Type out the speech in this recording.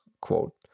quote